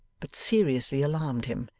but seriously alarmed him,